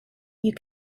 you